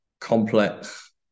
complex